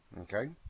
Okay